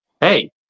Hey